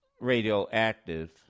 Radioactive